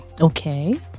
Okay